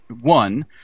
one